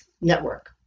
Network